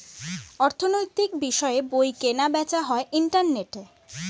অর্থনৈতিক বিষয়ের বই কেনা বেচা হয় ইন্টারনেটে